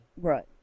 Right